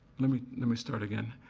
let me let me start again.